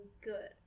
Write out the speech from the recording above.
good